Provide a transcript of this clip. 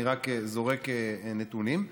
אני רק זורק נתונים,